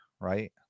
Right